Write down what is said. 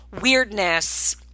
Weirdness